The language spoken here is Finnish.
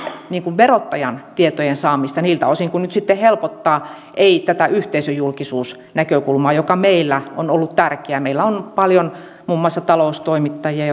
verottajan tietojen saamista niiltä osin kuin nyt sitten helpottaa ei yhteisöjulkisuusnäkökulmaa joka meillä on ollut tärkeä meillä on paljon muun muassa taloustoimittajia